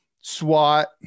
SWAT